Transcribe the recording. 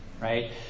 right